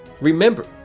Remember